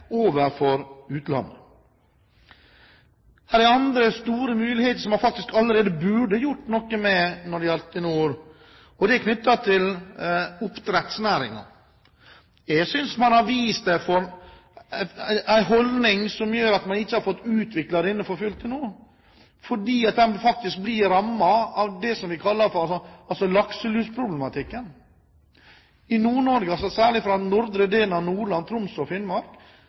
utlandet. I nord er det andre store muligheter som man allerede burde gjort noe med, og det er knyttet til oppdrettsnæringen. Jeg synes at man har vist en holdning som har gjort at man til nå ikke har fått utviklet denne for fullt, for den blir faktisk rammet av det vi kaller for lakselusproblematikken. I Nord-Norge, særlig fra nordre delen av Nordland, Troms og Finnmark,